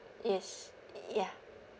yes yeah